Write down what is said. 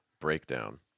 breakdown